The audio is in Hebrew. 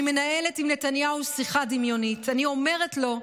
אני מנהלת עם נתניהו שיחה דמיונית, אני אומרת לו: